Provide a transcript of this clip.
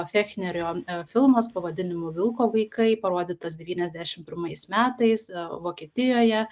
fechnerio filmas pavadinimu vilko vaikai parodytas devyniasdešim pirmais metais vokietijoje